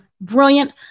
brilliant